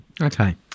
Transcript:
Okay